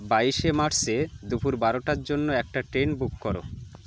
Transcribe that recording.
বাইশে মার্চে দুপুর বারোটার জন্য একটা ট্রেন বুক করো